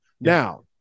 Now